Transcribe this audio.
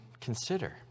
consider